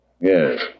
Yes